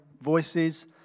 voices